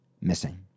missing